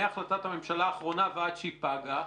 מהחלטת הממשלה האחרונה ועד שהיא פגה,